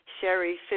Sherry